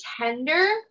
tender